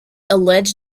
alleged